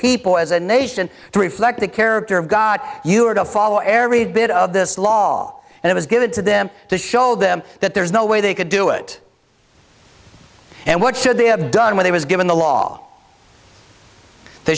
people as a nation to reflect the character of god you are to follow our air read bit of this law and it was given to them to show them that there is no way they could do it and what should they have done with it was given the law they